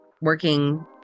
working